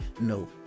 no